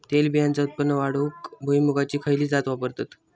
तेलबियांचा उत्पन्न वाढवूक भुईमूगाची खयची जात वापरतत?